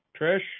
Trish